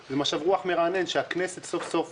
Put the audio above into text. זה משב רוח מרענן שהכנסת סוף סוף